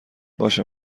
باشه